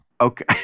Okay